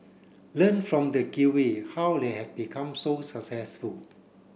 learn from the Kiwi how they have become so successful